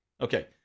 Okay